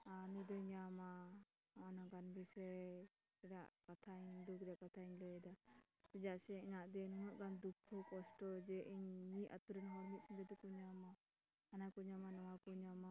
ᱟᱨ ᱱᱩᱭ ᱫᱚᱭ ᱧᱟᱢᱟ ᱱᱚᱜᱼᱚ ᱱᱚᱝᱠᱟᱱ ᱵᱤᱥᱚᱭ ᱨᱮᱭᱟᱜ ᱠᱟᱛᱷᱟᱧ ᱫᱩᱠᱷ ᱨᱮᱭᱟᱜ ᱠᱟᱛᱷᱟᱧ ᱞᱟᱹᱭᱮᱫᱟ ᱪᱮᱫᱟᱜ ᱥᱮ ᱤᱧᱟᱹᱜ ᱡᱮ ᱱᱩᱱᱟᱹᱜ ᱜᱟᱱ ᱫᱩᱠᱠᱷᱚ ᱠᱚᱥᱴᱚ ᱡᱮ ᱤᱧ ᱢᱤᱫ ᱟᱛᱳᱨᱮᱱ ᱦᱚᱲ ᱢᱤᱫ ᱥᱚᱸᱜᱮ ᱛᱮᱠᱚ ᱧᱟᱢᱟ ᱦᱟᱱᱟ ᱠᱚ ᱧᱟᱢᱟ ᱱᱚᱣᱟ ᱠᱚ ᱧᱟᱢᱟ